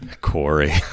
Corey